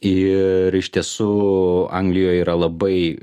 ir iš tiesų anglijoj yra labai